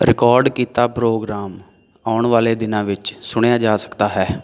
record ਕੀਤਾ programme ਆਉਣ ਵਾਲੇ ਦਿਨਾਂ ਵਿੱਚ ਸੁਣਿਆ ਜਾ ਸਕਦਾ ਹੈ